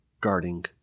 guarding